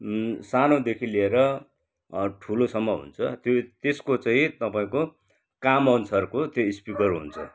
सानोदेखि लिएर ठुलोसम्म हुन्छ त्यो त्यसको चाहिँ तपाईँको कामअनुसारको त्यो स्पिकरको हुन्छ